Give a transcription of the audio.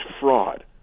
fraud